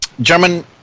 German